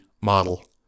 model